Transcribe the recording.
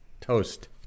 Toast